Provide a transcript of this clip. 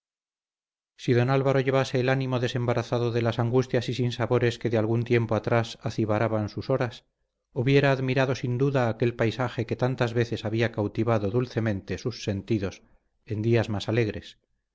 si don álvaro llevase el ánimo desembarazado de las angustias y sinsabores que de algún tiempo atrás acibaraban sus horas hubiera admirado sin duda aquel paisaje que tantas veces había cautivado dulcemente sus sentidos en días más alegres